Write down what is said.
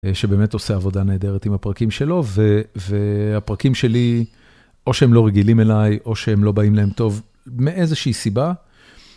שבאמת עושה עבודה נהדרת עם הפרקים שלו והפרקים שלי או שהם לא רגילים אליי או שהם לא באים להם טוב מאיזושהי סיבה.